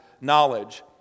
knowledge